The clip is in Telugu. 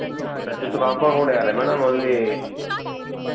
అంటే చుట్టు కాంపౌండ్ కూడా వేయాల మేడం అవి